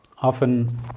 Often